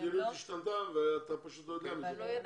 המדיניות השתנתה ואתה פשוט לא יודע על כך.